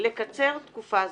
לקצר תקופה זו.